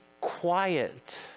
quiet